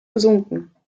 gesunken